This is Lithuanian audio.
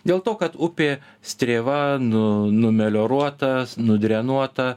dėl to kad upė strėva nu numelioruota nudrenuota